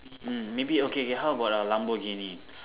mm maybe okay K how about a Lamborghini